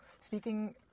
speaking